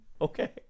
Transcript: okay